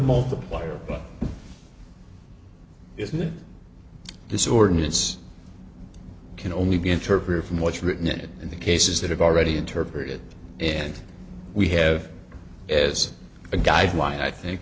multiplier but isn't it this ordinance can only be interpreted from what's written it and the cases that have already interpreted and we have as a guideline i